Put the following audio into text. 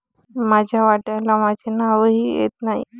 माझ्या वाट्याला माझे नावही येत नाही